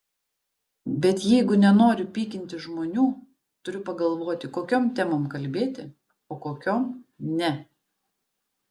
bet jeigu nenoriu pykinti žmonių turiu pagalvoti kokiom temom kalbėti o kokiom ne